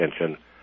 attention